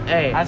Hey